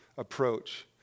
approach